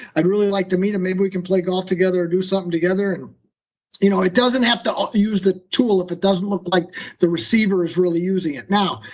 i'd really like to meet him. maybe we can play golf together or do something together. and you know it doesn't have to um use the tool if it doesn't look like the receiver is really using it. now,